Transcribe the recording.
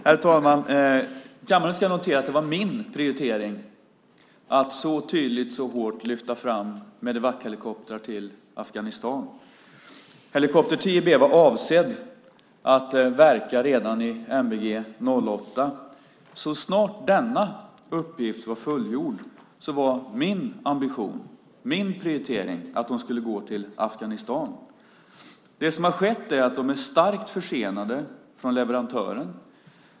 Herr talman! Kammaren ska notera att det var min prioritering att så tydligt och så hårt lyfta fram Medevachelikoptrar till Afghanistan. Helikopter 10 B var avsedd att verka redan i Nordic Battlegroup 2008. Så snart denna uppgift var fullgjord var det min ambition, min prioritering, att de skulle gå till Afghanistan. Det som har skett är att de är starkt försenade från leverantören.